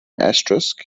asterisk